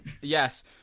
Yes